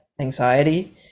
anxiety